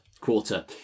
quarter